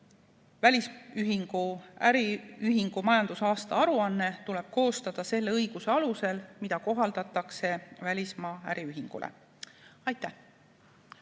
välisäriühingu majandusaasta aruanne tuleb koostada selle õiguse alusel, mida kohaldatakse välismaa äriühingule. Aitäh!